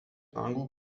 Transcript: anglų